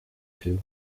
two